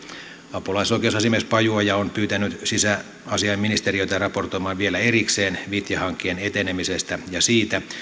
apulaisoikeusasiamies pajuoja on pyytänyt sisäasiainministeriötä raportoimaan vielä erikseen vitja hankkeen etenemisestä ja siitä